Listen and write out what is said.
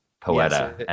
Poeta